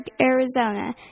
Arizona